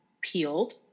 peeled